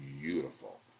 beautiful